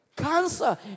Cancer